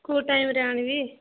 କେଉଁ ଟାଇମ୍ରେ ଆଣିବି